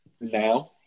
now